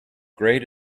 great